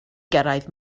gyrraedd